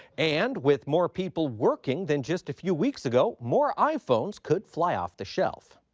and with more people working than just a few weeks ago, more iphones could fly off the shelf.